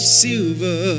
silver